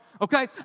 okay